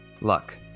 Luck